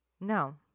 No